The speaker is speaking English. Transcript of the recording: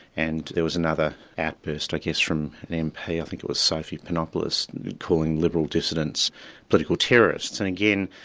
and there was another outburst i guess from an mp, i think it was sophie panopoulos calling liberal dissidents political terrorists. and again,